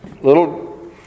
Little